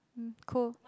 mm cool